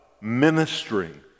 ministering